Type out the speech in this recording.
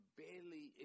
barely